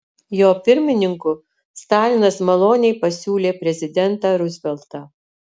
jo pirmininku stalinas maloniai pasiūlė prezidentą ruzveltą